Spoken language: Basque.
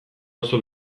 oso